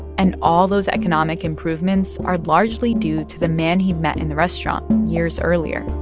and all those economic improvements are largely due to the man he met in the restaurant years earlier